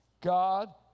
God